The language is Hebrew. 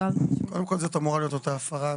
קודם כל, זאת אמורה להיות אותה הפרה.